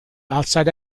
outside